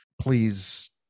Please